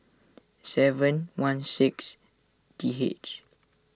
seven one six T H